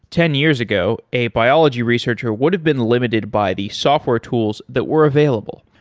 ten years ago, a biology researcher would have been limited by the software tools that were available.